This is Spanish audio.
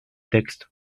texto